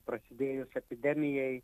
prasidėjus epidemijai